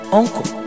uncle